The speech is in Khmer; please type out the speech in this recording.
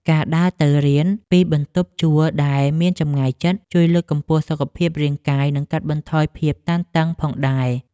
ការដើរទៅរៀនពីបន្ទប់ជួលដែលមានចម្ងាយជិតជួយលើកកម្ពស់សុខភាពរាងកាយ និងកាត់បន្ថយភាពតានតឹងផងដែរ។